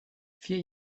vier